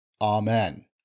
Amen